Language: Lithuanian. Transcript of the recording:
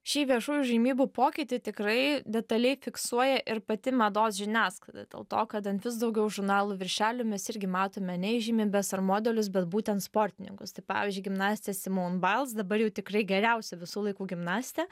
šį viešųjų įžymybių pokytį tikrai detaliai fiksuoja ir pati mados žiniasklaida dėl to kad ant vis daugiau žurnalų viršelių mes irgi matome ne įžymybes ar modelius bet būtent sportininkus tai pavyzdžiui gimnastę simon biles dabar jau tikrai geriausią visų laikų gimnastę